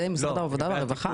זה משרד העבודה והרווחה?